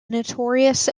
notorious